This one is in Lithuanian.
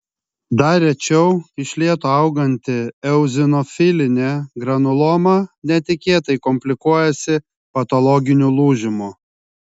dar rečiau iš lėto auganti eozinofilinė granuloma netikėtai komplikuojasi patologiniu lūžimu